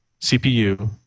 CPU